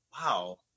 wow